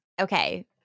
Okay